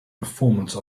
performance